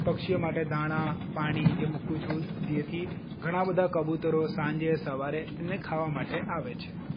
પક્ષીઓ માટે દાણા પાણી એ મૂકું છું જેથી ઘણા બધા કબૂતરો સાંજે સવારે તેને ખાવા માટે આવે છે